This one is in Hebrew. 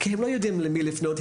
כי הם לא יודעים למי לפנות.